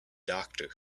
doctor